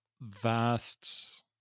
vast